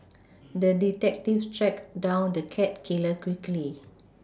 the detective tracked down the cat killer quickly